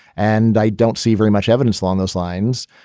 and i don't see very much evidence along those lines.